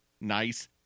Nice